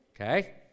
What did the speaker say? Okay